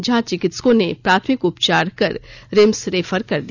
जहां चिकित्सकों ने प्राथमिक उपचार कर रिम्स रेफर कर दिया